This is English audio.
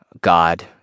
God